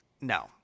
No